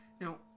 Now